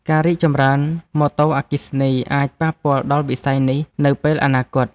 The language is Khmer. ការរីកចម្រើនម៉ូតូអគ្គិសនីអាចប៉ះពាល់ដល់វិស័យនេះនៅពេលអនាគត។